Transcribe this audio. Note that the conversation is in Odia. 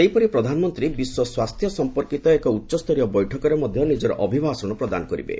ସେହିପରି ପ୍ରଧାନମନ୍ତ୍ରୀ ବିଶ୍ୱ ସ୍ୱାସ୍ଥ୍ୟ ସମ୍ପର୍କୀତ ଏକ ଉଚ୍ଚସ୍ତରୀୟ ବୈଠକରେ ମଧ୍ୟ ନିଜର ଅଭିଭାଷଣ ପ୍ରଦାନ କରିବେ